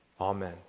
Amen